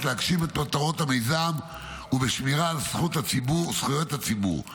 להגשים את מטרות המיזם ובשמירה על זכויות הציבור.